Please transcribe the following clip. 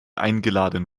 eingeladen